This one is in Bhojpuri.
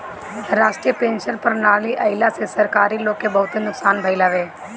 राष्ट्रीय पेंशन प्रणाली आईला से सरकारी लोग के बहुते नुकसान भईल हवे